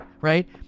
right